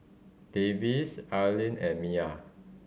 Davis Arlyn and Miya